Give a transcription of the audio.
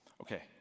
Okay